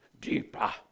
deeper